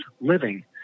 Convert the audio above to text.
living